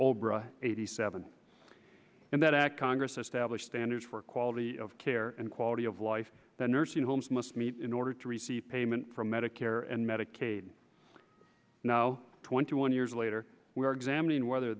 or eighty seven and that congress establish standards for quality of care and quality of life that nursing homes must meet in order to receive payment from medicare and medicaid now twenty one years later we are examining whether